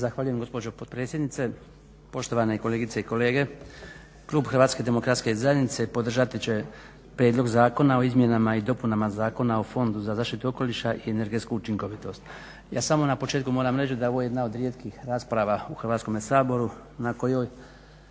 Zahvaljujem gospođo potpredsjednice. Poštovane kolegice i kolege. Klub HDZ-a podržati će prijedlog zakona o izmjenama i dopunama Zakona o fondu za zaštitu okoliša i energetsku učinkovitost. Ja samo na početku moram reći da je ovo jedna od rijetkih rasprava u Hrvatskom saboru na kojoj